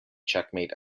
checkmate